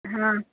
ହଁ